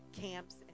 camps